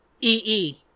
E-E